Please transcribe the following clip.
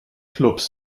clubs